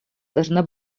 должна